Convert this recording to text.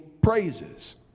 praises